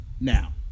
now